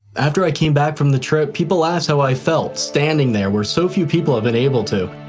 after i came back from the trip, people asked how i felt standing there where so few people have been able to.